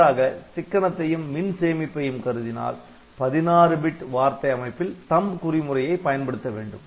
மாறாக சிக்கனத்தையும் மின் சேமிப்பையும் கருதினால் 16 பிட் வார்த்தை அமைப்பில் THUMB குறிமுறையை பயன்படுத்த வேண்டும்